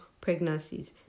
pregnancies